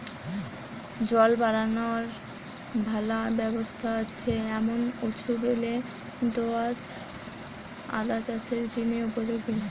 জল বারানার ভালা ব্যবস্থা আছে এমন উঁচু বেলে দো আঁশ আদা চাষের জিনে উপযোগী